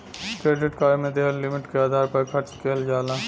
credit card में दिहल limit के आधार पर खर्च किहल जाला